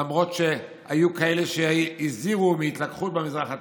למרות שהיו כאלה שהזהירו מהתלקחות במזרח התיכון,